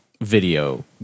video